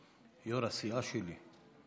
יו"ר הסיעה שלי,